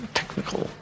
technical